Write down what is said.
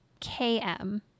KM